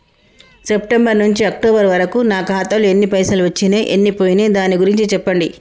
September నుంచి October వరకు నా ఖాతాలో ఎన్ని పైసలు వచ్చినయ్ ఎన్ని పోయినయ్ దాని గురించి చెప్పండి?